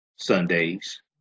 Sundays